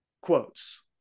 quotes